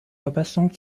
verbesserung